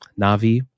Navi